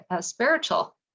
spiritual